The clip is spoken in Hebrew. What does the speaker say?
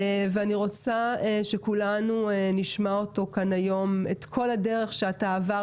ואני רוצה שכולנו נשמע אותו ואת כל הדרך שהוא עבר